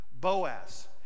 Boaz